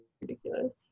ridiculous